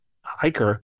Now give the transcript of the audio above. hiker